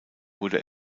wurde